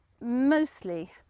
mostly